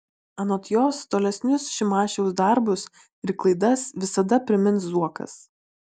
anot jos tolesnius šimašiaus darbus ir klaidas visada primins zuokas